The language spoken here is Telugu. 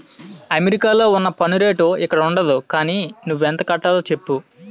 అమెరికాలో ఉన్న పన్ను రేటు ఇక్కడుండదు గానీ నువ్వెంత కట్టాలో చెప్పు